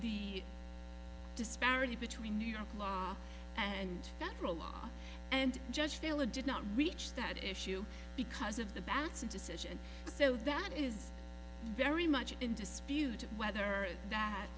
the disparity between new york law and federal law and judge villa did not reach that issue because of the balance of decision so that is very much in dispute whether that